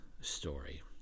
story